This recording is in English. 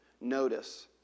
Notice